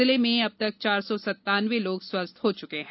जिले में अब तक चार सौ सन्तान्नवे लोग स्वस्थ हो चुके हैं